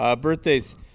Birthdays